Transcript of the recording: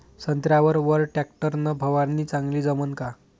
संत्र्यावर वर टॅक्टर न फवारनी चांगली जमन का?